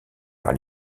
par